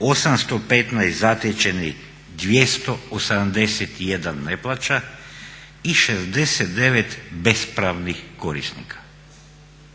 815 zatečenih, 281 ne plaća i 69 bespravnih korisnika.